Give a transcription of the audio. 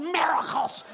miracles